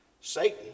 Satan